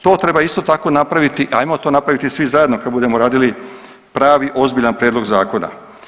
To treba isto tako napraviti, ajmo to napraviti svi zajedno kad budemo radili pravi ozbiljan prijedlog zakona.